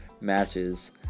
matches